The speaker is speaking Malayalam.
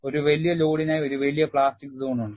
ഒരു വലിയ ലോഡിനായി ഒരു വലിയ പ്ലാസ്റ്റിക് സോൺ ഉണ്ട്